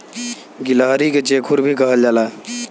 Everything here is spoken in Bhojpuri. गिलहरी के चेखुर भी कहल जाला